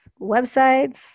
websites